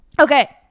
Okay